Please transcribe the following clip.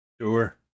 Sure